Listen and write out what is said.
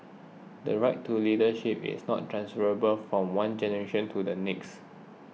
the right to leadership is not transferable from one generation to the next